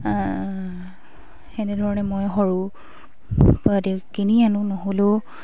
এনেধৰণে মই সৰু কিনি আনো নহ'লেও